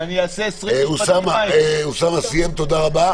אוסאמה סיים, תודה רבה.